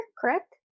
correct